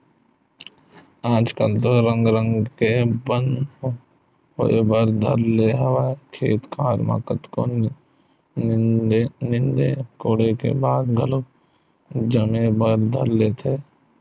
आजकल तो रंग रंग के बन होय बर धर ले हवय खेत खार म कतको नींदे कोड़े के बाद घलोक जामे बर धर लेथे